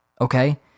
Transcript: okay